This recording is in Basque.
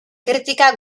kritika